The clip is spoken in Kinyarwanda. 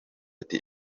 ati